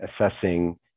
assessing